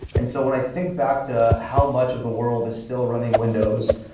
and so when i think back to how much of the world is still running windows,